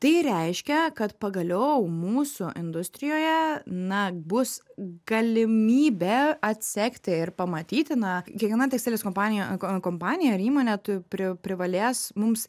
tai reiškia kad pagaliau mūsų industrijoje na bus galimybė atsekti ir pamatyti na kiekviena tekstilės kompanija kom kompanija ar įmonė tu pri privalės mums